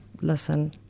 listen